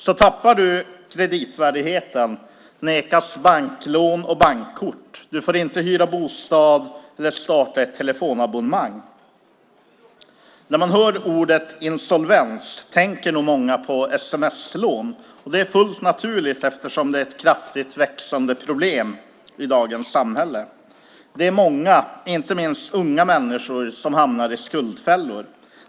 Så tappar du din kreditvärdighet, nekas banklån och bankkort. Du får inte hyra bostad eller starta ett telefonabonnemang. När man hör ordet insolvens tänker nog många på sms-lån, och det är fullt naturligt eftersom det är ett kraftigt växande problem i dagens samhälle. Det är många, inte minst unga människor, som hamnar i skuldfällor.